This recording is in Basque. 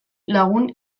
lagun